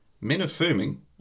men-affirming